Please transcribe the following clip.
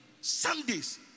Sundays